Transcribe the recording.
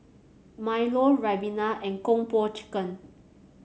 milo ribena and Kung Po Chicken